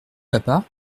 papa